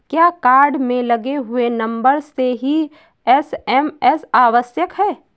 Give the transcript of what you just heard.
क्या कार्ड में लगे हुए नंबर से ही एस.एम.एस आवश्यक है?